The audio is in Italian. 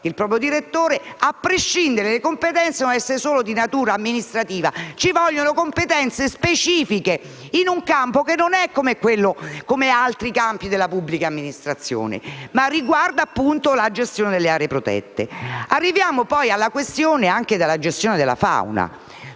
il proprio direttore a prescindere dalle competenze, che saranno solo di natura amministrativa. Invece, occorrono competenze specifiche in un campo che non è come altri campi della pubblica amministrazione, perché riguarda la gestione delle aree protette. Arriviamo poi alla questione della gestione della fauna.